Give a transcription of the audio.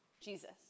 Jesus